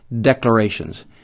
declarations